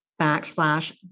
backslash